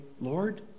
Lord